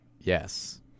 yes